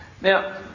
Now